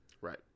Right